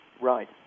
Right